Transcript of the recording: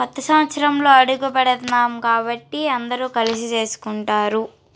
కొత్త సంవత్సరంలో అడుగు పెడుతున్నాం కాబట్టి అందరూ కలిసి చేసుకుంటారు